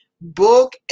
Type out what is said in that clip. book